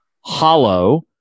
Hollow